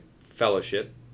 fellowship